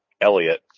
Elliot